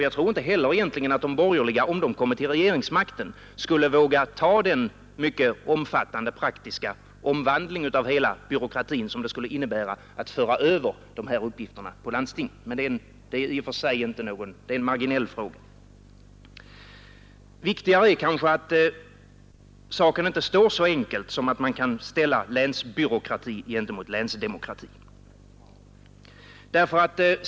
Jag tror inte heller egentligen att de borgerliga, om de kommer till regeringsmakten, skulle våga ta den mycket omfattande praktiska omvandling av hela byråkratin, som det skulle innebära att föra över de här uppgifterna på landstingen. Men det är en marginell fråga. Viktigare är kanske att saken inte är så enkel som att man kan ställa länsbyråkrati emot länsdemokrati.